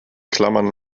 klammern